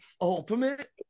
Ultimate